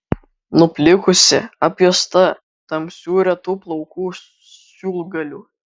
nuplikusi apjuosta tamsių retų plaukų siūlgalių